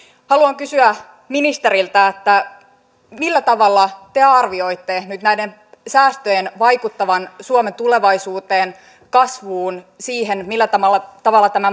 haluan kysyä ministeriltä millä tavalla te arvioitte nyt näiden säästöjen vaikuttavan suomen tulevaisuuteen kasvuun siihen millä tavalla tavalla tämä